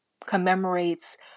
commemorates